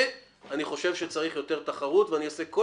ואני חושב שצריך יותר תחרות ואני אעשה כל